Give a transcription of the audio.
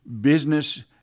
business